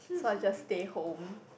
so I just stay home